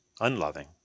unloving